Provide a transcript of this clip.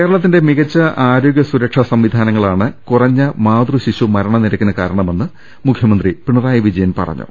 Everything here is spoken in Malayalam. കേരളത്തിന്റെ മികച്ച ആരോഗ്യ സുരക്ഷാ സംവിധാനങ്ങളാണ് കുറഞ്ഞ മാതൃ ശിശു മരണ നിരക്കിന് കാരണമെന്ന് മുഖ്യമന്ത്രി പിണ റായി വിജയൻ പറഞ്ഞു